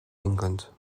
england